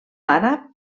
àrab